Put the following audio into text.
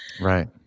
Right